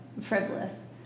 frivolous